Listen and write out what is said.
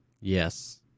Yes